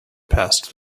passed